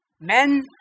Men